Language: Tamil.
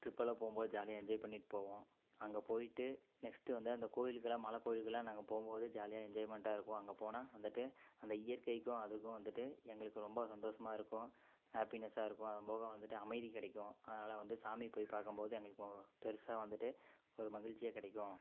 ட்ரிப்பெல்லாம் போகும் போது ஜாலியாக என்ஜாய் பண்ணிகிட்டு போவோம் அங்கே போயிட்டு நெக்ஸ்ட்டு வந்து அந்த கோவிலுக்குலாம் மழை கோவிலுக்குலாம் நாங்கள் போகும் போது ஜாலியாக என்ஜாய்மெண்ட்டாக இருப்போம் அங்கே போனால் வந்துட்டு அந்த இயற்கைக்கும் அதுக்கும் வந்துட்டு எங்களுக்கு ரொம்ப சந்தோஷமாக இருக்கும் ஹாப்பினஸ்ஸாக இருக்கும் அது போக வந்துட்டு அமைதி கிடைக்கும் அதனால் வந்து சாமி போய் பார்க்கம் போது எங்களுக்கு பெருசாக வந்துட்டு ஒரு மகிழ்ச்சியாக கிடைக்கும்